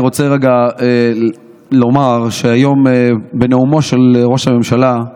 אני רוצה רגע לומר שהיום בנאומו של ראש הממשלה,